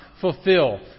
fulfill